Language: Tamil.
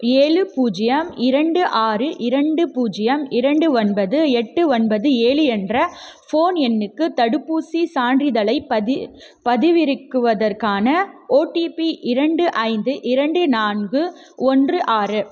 ஏழு பூஜ்ஜியம் இரண்டு ஆறு இரண்டு பூஜ்ஜியம் இரண்டு ஒன்பது எட்டு ஒன்பது ஏழு என்ற ஃபோன் எண்ணுக்கு தடுப்பூசிச் சான்றிதழை பதி பதிவிறக்குவதற்கான ஓடிபி இரண்டு ஐந்து இரண்டு நான்கு ஒன்று ஆறு